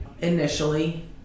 initially